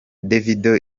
davido